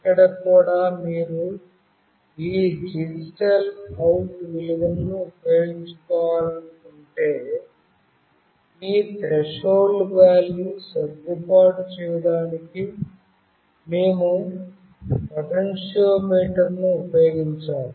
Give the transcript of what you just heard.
ఇక్కడ కూడా మీరు ఈ డిజిటల్ అవుట్ విలువను ఉపయోగించాలనుకుంటే ఈ త్రెషోల్డ్ వేల్యూ సర్దుబాటు చేయడానికి మేము పొటెన్షియోమీటర్ను ఉపయోగించాలి